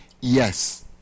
Yes